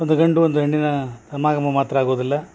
ಒಂದು ಗಂಡು ಒಂದು ಹೆಣ್ಣಿನ ಸಮಾಗಮ ಮಾತ್ರ ಆಗುದಿಲ್ಲ